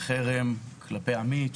חרם כלפי עמית.